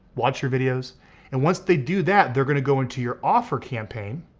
watch your videos and once they do that they're gonna go into your offer campaign